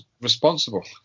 Responsible